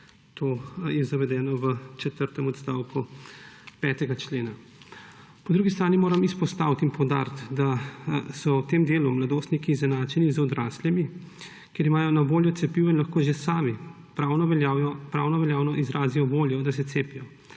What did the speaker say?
To je zavedeno v četrtem odstavku 5. člena. Po drugi strani moram izpostaviti in poudariti, da so v tem delu mladostniki izenačeni z odraslimi, ker imajo na voljo cepivo in lahko že sami pravnoveljavno izrazijo voljo, da se cepijo,